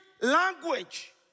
language